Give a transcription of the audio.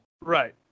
Right